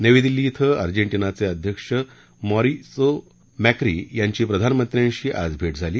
नवी दिल्ली इथं अर्जेटिनाचे अध्यक्ष मॉरिसिओ मक्की यांची प्रधानमंत्र्यांशी आज भेट झाली